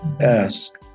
ask